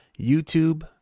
YouTube